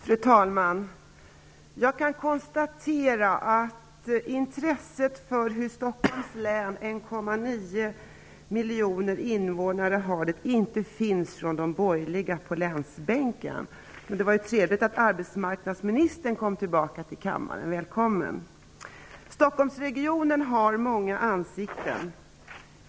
Fru talman! Jag kan konstatera att intresset för hur Stockholms läns 1,9 miljoner invånare har det inte finns hos de borgerliga på länsbänken. Det var ändå trevligt att arbetsmarknadsministern kom tillbaka till kammaren. Välkommen! Stockholmsregionen har många ansikten.